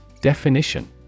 Definition